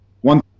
one